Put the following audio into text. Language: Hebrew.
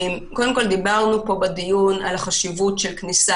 דיברנו פה בדיון על החשיבות של כניסה